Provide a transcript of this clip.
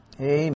Amen